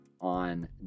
on